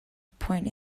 point